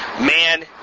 Man